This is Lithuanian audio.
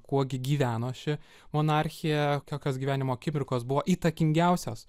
kuo gi gyveno ši monarchija kokios gyvenimo akimirkos buvo įtakingiausios